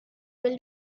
will